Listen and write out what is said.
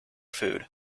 food